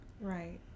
Right